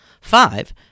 Five